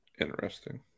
Interesting